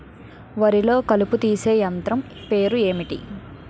వరి లొ కలుపు తీసే యంత్రం పేరు ఎంటి?